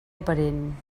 aparent